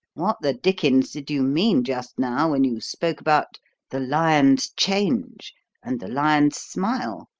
what the dickens did you mean just now when you spoke about the lion's change and the lion's smile?